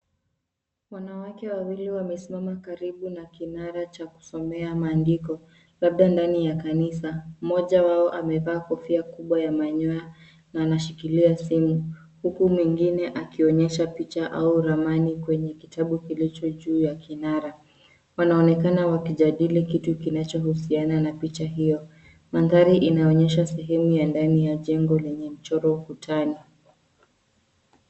Wanawake wawili wamesimama karibu na kinara cha kusomea maandiko, labda ndani ya kanisa. Mmoja wao amevaa kofia kubwa ya manyoya na anashikilia simu, huku mwingine akionyesha picha au ramani kwenye kitabu kilicho juu ya kinara. Wanaonekana wakijadili kitu kinachohusiana na picha hiyo. Mandhari inaonyesha sehemu ya ndani ya jengo lenye mchoro ukutani.